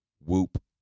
whoop